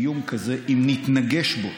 איום כזה, אם נתנגש בו